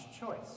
choice